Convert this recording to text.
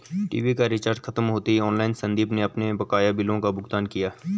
TV का recharge खत्म होते ही ऑनलाइन संदीप ने अपने बकाया बिलों का भुगतान किया